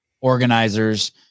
organizers